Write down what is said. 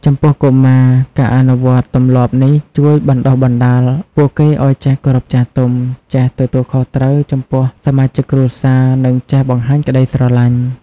ចំពោះកុមារ ការអនុវត្តទម្លាប់នេះជួយបណ្ដុះបណ្ដាលពួកគេឲ្យចេះគោរពចាស់ទុំ ចេះទទួលខុសត្រូវចំពោះសមាជិកគ្រួសារ និងចេះបង្ហាញក្ដីស្រឡាញ់។